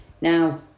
Now